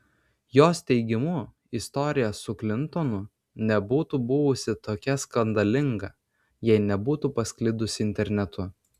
jos teigimu istorija su klintonu nebūtų buvusi tokia skandalinga jei nebūtų pasklidusi internetu